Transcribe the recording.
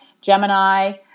Gemini